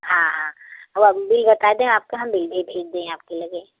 हाँ हाँ आप बिल बताय दें हम आपका बिल भेज दें आपके लगे